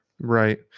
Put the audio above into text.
Right